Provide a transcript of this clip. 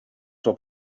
suo